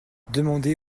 demandez